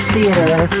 Theater